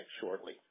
shortly